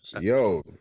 Yo